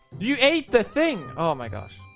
you ate the thing. oh my gosh.